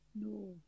No